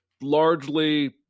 largely